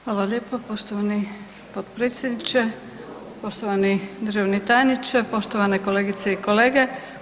Hvala lijepa, poštovani potpredsjedniče, poštovani državni tajniče, poštovane kolegice i kolege.